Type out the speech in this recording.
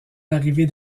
l’arrivée